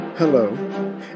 Hello